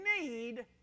need